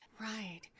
Right